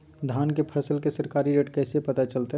धान के फसल के सरकारी रेट कैसे पता चलताय?